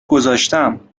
گذاشتم